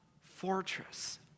fortress